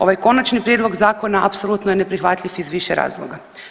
Ovaj Konačni prijedlog zakona apsolutno je neprihvatljiv iz više razloga.